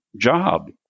job